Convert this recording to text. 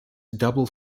double